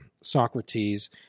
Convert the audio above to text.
Socrates